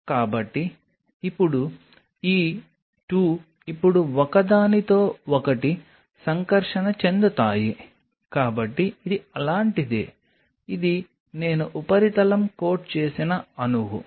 కాబట్టి ఇప్పుడు ఈ 2 ఇప్పుడు ఒకదానితో ఒకటి సంకర్షణ చెందుతాయి కాబట్టి ఇది అలాంటిదే ఇది నేను ఉపరితలం కోట్ చేసిన అణువు